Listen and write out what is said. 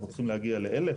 אנחנו צריכים להגיע ל-1,000?